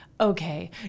Okay